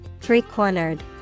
Three-cornered